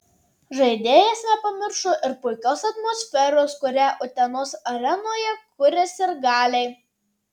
žaidėjas nepamiršo ir puikios atmosferos kurią utenos arenoje kuria sirgaliai